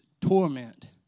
torment